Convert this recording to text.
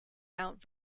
mount